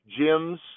gyms